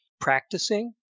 practicing